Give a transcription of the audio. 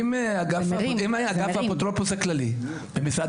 אם היה אגף האפוטרופוס הכללי במשרד